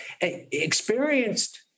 Experienced